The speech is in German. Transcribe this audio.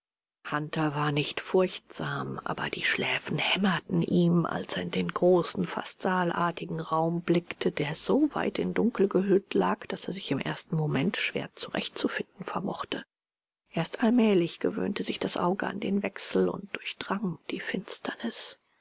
hunter war nicht furchtsam aber die schläfen hämmerten ihm als er in den großen fast saalartigen raum blickte der so weit in dunkel gehüllt lag daß er sich im ersten moment schwer zurechtzufinden vermochte erst allmählich gewöhnte sich das auge an den wechsel und durchdrang die finsternis